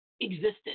existed